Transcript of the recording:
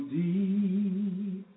deep